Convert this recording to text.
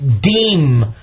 deem